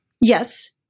Yes